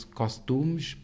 costumes